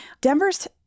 Denver's